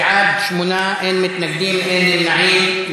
בעד, 8, אין מתנגדים ואין נמנעים.